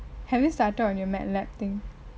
have you start on your mad lab thing